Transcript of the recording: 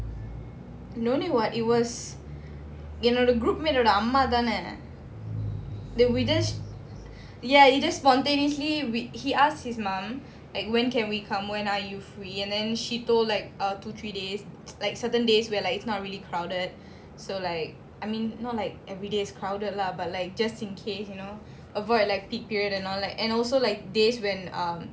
no need [what] it was என்னோட:ennoda the group mate ஓட அம்மாதானே:oda ammathane we just ya we just spontaneously we asked his mum like when can we come when are you free and then she told like err two three days like certain days where like it's not really crowded so like I mean not like everyday is crowded lah but like just in case you know avoid like peak period and all like and also like days when um